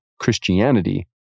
Christianity